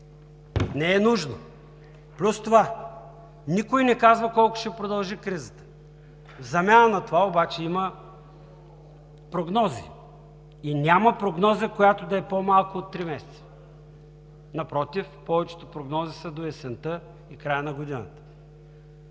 Не е нужно! Плюс това никой не казва колко ще продължи кризата. В замяна на това обаче има прогнози и няма прогноза, която да е по-малка от три месеца. Напротив, повечето прогнози са до есента и края на годината.